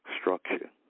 structure